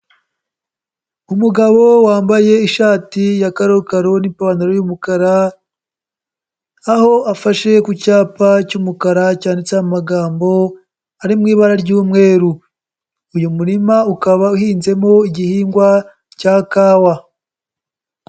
Umugabo wambaye ishati ya karokaro n'ipantaro y'umukara aho afashe ku cyapa cy'umukara cyanditseho amagambo ari mu ibara ry'umweru, uyu murima ukaba uhinzemo igihingwa cya kawa.